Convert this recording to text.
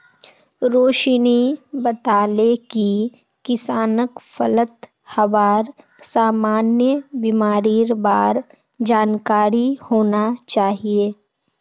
रोशिनी बताले कि किसानक फलत हबार सामान्य बीमारिर बार जानकारी होना चाहिए